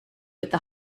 with